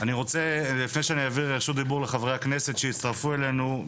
לפני שאעביר את רשות הדיבור לחברי הכנסת שהצטרפו אלינו,